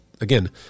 again